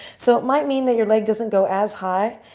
so it might mean that your leg doesn't go as high,